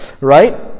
right